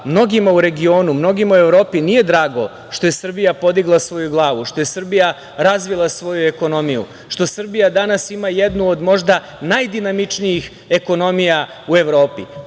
mnogima u regionu, mnogima u Evropi nije drago što je Srbija podigla svoju glavu, što je Srbija razvila svoju ekonomiju, što Srbija danas ima jednu od možda najdinamičnijih ekonomija u